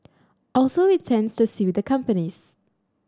also intends to sue the companies